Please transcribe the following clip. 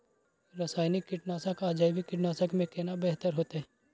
रसायनिक कीटनासक आ जैविक कीटनासक में केना बेहतर होतै?